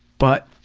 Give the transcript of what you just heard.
but